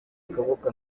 akaboko